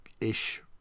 ish